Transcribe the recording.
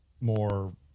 more